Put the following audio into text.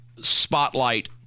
spotlight